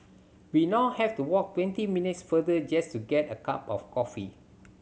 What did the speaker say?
we now have to walk twenty minutes farther just to get a cup of coffee